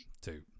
two